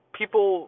people